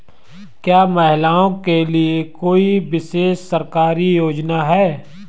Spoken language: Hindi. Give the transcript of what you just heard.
क्या महिलाओं के लिए कोई विशेष सरकारी योजना है?